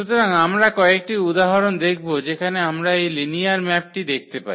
সুতরাং আমরা কয়েকটি উদাহরণ দেখব যেখানে আমরা এই লিনিয়ার ম্যাপটি দেখতে পাই